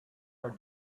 are